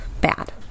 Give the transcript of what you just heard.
bad